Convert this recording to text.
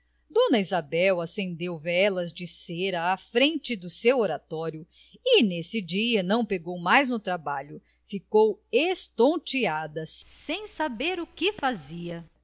dona isabel acendeu velas de cera à frente do seu oratório e nesse dia não pegou mais no trabalho ficou estonteada sem saber o que fazia